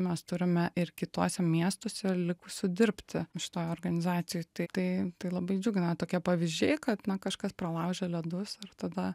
mes turime ir kituose miestuose likusių dirbti šitoj organizacijoj tai tai tai labai džiugina tokie pavyzdžiai kad na kažkas pralaužė ledus tada